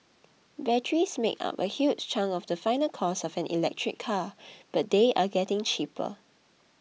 batteries make up a huge chunk of the final cost of an electric car but they are getting cheaper